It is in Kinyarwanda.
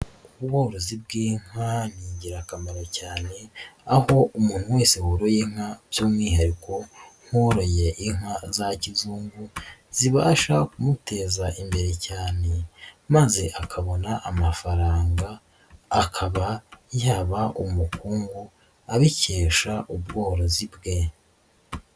Ubworozi bw'inka ni ingirakamaro cyane, aho umuntu wese woroye inka by'umwihariko nk'uworoye inka za kizungu zibasha kumuteza imbere cyane maze akabona amafaranga akaba yaba umukungu abikesha ubworozi bwe.